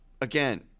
again